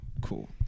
cool